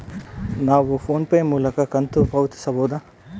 ನಾವು PhonePe ಮೂಲಕ ಕಂತು ಪಾವತಿಸಬಹುದಾ?